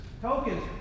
tokens